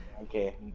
Okay